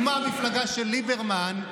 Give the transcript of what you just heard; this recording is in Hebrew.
כמו המפלגה של ליברמן,